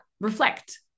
Reflect